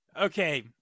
okay